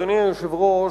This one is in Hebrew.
אדוני היושב-ראש,